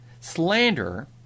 Slander